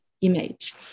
image